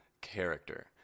character